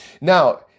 Now